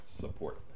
support